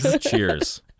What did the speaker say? cheers